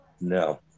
No